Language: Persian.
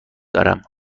دارم